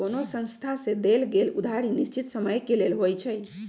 कोनो संस्था से देल गेल उधारी निश्चित समय के लेल होइ छइ